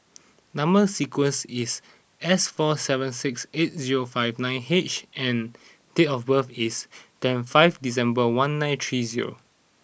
number sequence is S four seven six eight zero five nine H and date of birth is twenty five December one nine three zero